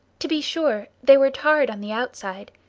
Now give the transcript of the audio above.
to be sure, they were tarred on the outside,